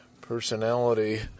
personality